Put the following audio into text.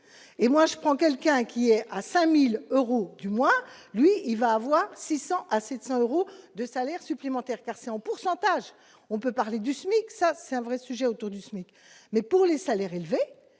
et moi je prends quelqu'un qui est à 5000 euros, du moins lui il va avoir 600 à 700 euros de salaire supplémentaire, car c'est en pourcentage, on peut parler du SMIC, ça c'est un vrai sujet autour du SMIC, mais pour les salaires élevés